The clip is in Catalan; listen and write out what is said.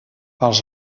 als